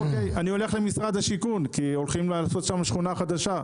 אני הולך למשרד השיכון כי הולכים לעשות שם שכונה חדשה,